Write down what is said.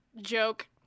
joke